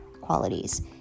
qualities